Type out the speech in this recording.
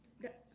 the